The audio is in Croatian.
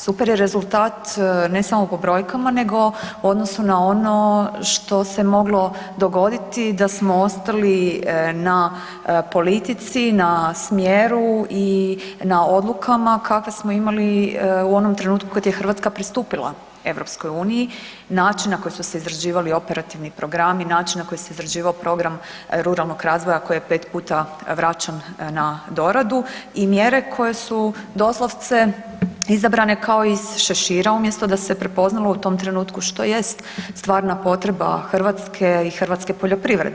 Super je rezultat ne samo po brojkama nego u odnosu na ono što se moglo dogoditi da smo ostali na politici, na smjeru i na odlukama kakve smo imali u onom trenutku kada je Hrvatska pristupila EU, način na koji su se izrađivali operativni programi, način na koji se izrađivao program Ruralnog razvoja koji je pet puta vraćan na doradu i mjere koje su doslovce koje su izabrane kao iz šešira umjesto da se prepoznalo u tom trenutku što jest stvarna potreba Hrvatske i hrvatske poljoprivrede.